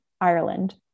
Ireland